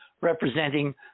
representing